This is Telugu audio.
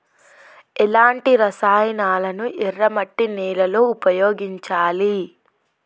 ఎలాంటి రసాయనాలను ఎర్ర మట్టి నేల లో ఉపయోగించాలి?